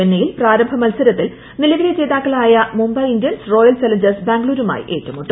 ചെന്നൈയിൽ പ്രാരംഭ മത്സരത്തിൽ നിലവിലെ ജേതാക്കളായ മുംബൈ ഇന്ത്യൻസ് റോയൽ ചലഞ്ചേഴ്സ് ബാംഗ്ലൂരുമായി ഏറ്റുമുട്ടും